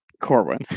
Corwin